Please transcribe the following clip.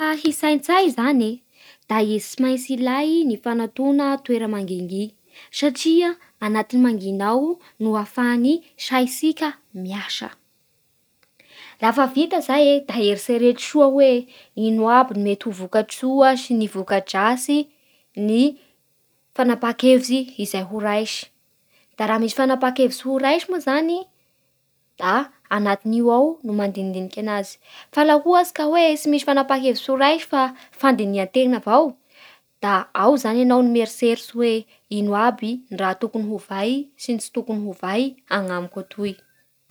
Lafa hisaintsay zany e, da izy tsy m:aintsy ilay ny fanatona toera mangingina satria anatin'ny mangina ao no ahafan'ny saintsika miasa. Lafa vita zay da eritrreto soa hoe igno aby ny mety voka-tsoa sy ny mety ho voka-dratsy ny fanapaha-kevitsy izay ho raisy. da raha misy fanapaha-kevitsy ho raisy moa zany da anatin'io ao no mandinindiniky anazy fa laha ohatsy ka hoe tsy misy fanapaha-kevitsy ho raisy fa fandiniha tena avao da ao zany enao no mieritseritsy hoe ino aby ny raha tokony hovay sy ny tsy tokony hovay anamiko atoy